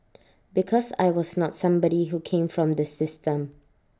because I was not somebody who came from the system